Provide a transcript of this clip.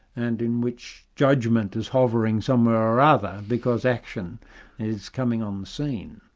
and in which judgment is hovering somewhere or other, because action is coming on the scene.